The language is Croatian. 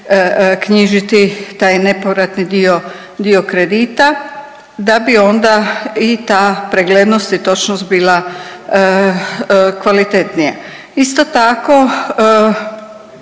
knjižiti taj nepovratni dio kredita, da bi onda i ta preglednost i točnost bila kvalitetnija. Isto tako,